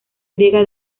griega